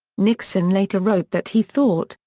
nixon later wrote that he thought,